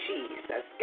Jesus